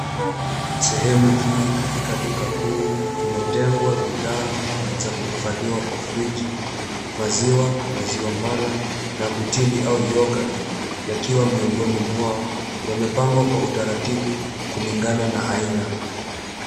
Sehemu hii katika duka kuu imetengwa bidhaa za kuhifadhiwa kwa friji. Maziwa, maziwa mala na mtindi au yogurt yakiwa miongoni mwao yamepangwa kwa utaratibu kulingana na aina.